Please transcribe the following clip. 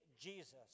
Jesus